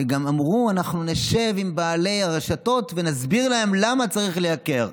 גם אמרו: אנחנו נשב עם בעלי הרשתות ונסביר להם למה צריך לייקר.